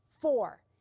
Four